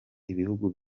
ibihugu